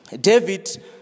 David